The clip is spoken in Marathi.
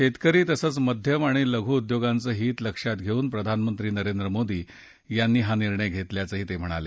शेतकरी तसंच मध्यम आणि लघु उद्योगांचं हित लक्षात घेऊन प्रधानमंत्री नरेंद्र मोदी यांनी हा निर्णय घेतल्याचं त्यांनी सांगितलं